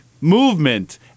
movement